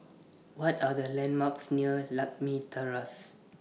What Are The landmarks near Lakme Terrace